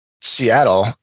Seattle